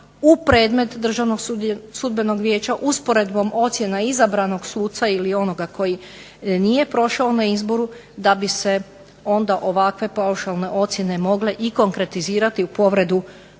u predmet državnog sudbenog vijeća, usporedbom ocjenama izabranog suca ili onoga koji nije prošao na izboru da bi se onda ovakve paušalne ocjene mogle konkretizirati u povredu